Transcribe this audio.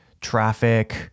traffic